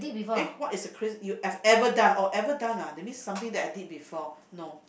eh what is the craz~ you have ever done or ever done ah that mean that something that I did before no